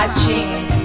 jeans